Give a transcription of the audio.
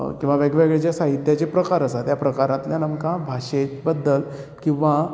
किंवां वेगवेगळ्या साहित्याचे जे प्रकार आसा त्या प्रकरांतल्यान आमकां भाशे बद्दल किंवा